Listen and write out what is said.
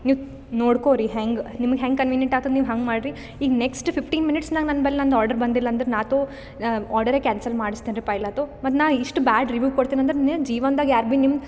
ನೀವು ನೋಡ್ಕೋರಿ ಹೆಂಗೆ ನಿಮಗೆ ಹೆಂಗೆ ಕನ್ವಿನೆಂಟ್ ಆಗ್ತದೆ ನೀವು ಹಂಗೆ ಮಾಡ್ರಿ ಇನ್ನು ನೆಕ್ಸ್ಟ್ ಫಿಫ್ಟೀನ್ ಮಿನಿಟ್ಸ್ ನಂಗೆ ನಾನ್ ಬಲ್ಲ ಅಂದ್ರೆ ನನ್ನ ಆರ್ಡರ್ ಬಂದಿಲ್ಲ ಅಂದ್ರೆ ನಾತೋ ಆರ್ಡರೇ ಕ್ಯಾನ್ಸಲ್ ಮಾಡ್ಸತನ್ರಿ ಪೈಲತೊ ಮತ್ತು ನಾ ಇಷ್ಟು ಬ್ಯಾಡ್ ರಿವೀವ್ ಕೊಡ್ತಿನಂದ್ರೆ ನಿ ಜೀವನ್ದಾಗ ಯಾರು ಬಿ ನಿಮ್ಮ